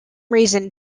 reason